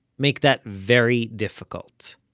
make that very difficult.